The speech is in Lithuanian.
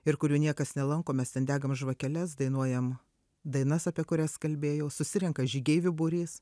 ir kurių niekas nelanko mes ten degam žvakeles dainuojam dainas apie kurias kalbėjau susirenka žygeivių būrys